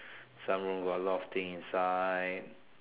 some room got a lot of thing inside